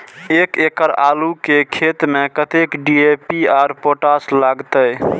एक एकड़ आलू के खेत में कतेक डी.ए.पी और पोटाश लागते?